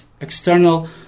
external